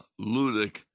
ludic